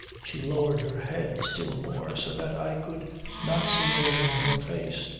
she lowered her head still more so that i could not see anything of her face.